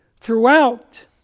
throughout